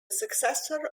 successor